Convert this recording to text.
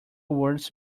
words